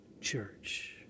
church